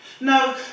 No